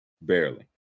barely